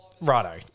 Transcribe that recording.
Righto